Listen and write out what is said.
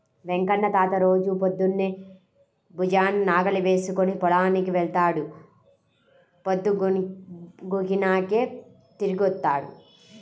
వెంకన్న తాత రోజూ పొద్దన్నే భుజాన నాగలి వేసుకుని పొలానికి వెళ్తాడు, పొద్దుగూకినాకే తిరిగొత్తాడు